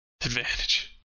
advantage